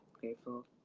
grateful